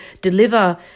deliver